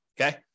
Okay